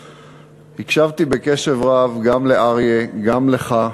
הקשבתי בקשב רב גם לאריה, גם לך,